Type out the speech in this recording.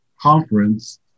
conference